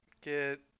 get